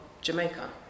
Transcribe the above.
Jamaica